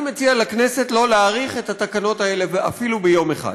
אני מציע לכנסת שלא להאריך את התקנות האלה אפילו ביום אחד.